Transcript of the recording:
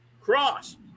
cross